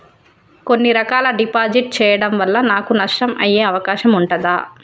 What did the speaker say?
కొన్ని రకాల డిపాజిట్ చెయ్యడం వల్ల నాకు నష్టం అయ్యే అవకాశం ఉంటదా?